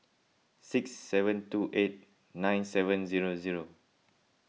six seven two eight nine seven zero zero